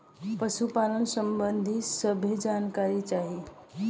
पशुपालन सबंधी सभे जानकारी चाही?